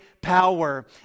power